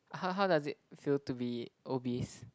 how how does it feel to be obese